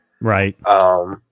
Right